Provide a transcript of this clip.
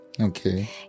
Okay